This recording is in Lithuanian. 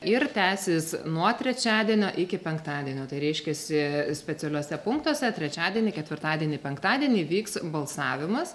ir tęsis nuo trečiadienio iki penktadienio tai reiškiasi specialiuose punktuose trečiadienį ketvirtadienį penktadienį vyks balsavimas